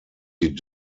die